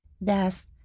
thus